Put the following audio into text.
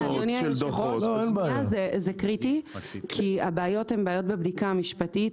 הבעיות הן בעיות בבדיקה המשפטית.